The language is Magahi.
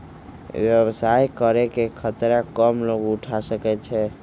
व्यवसाय करे के खतरा कम लोग उठा सकै छै